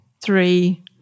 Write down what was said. three